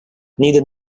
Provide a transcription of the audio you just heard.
neither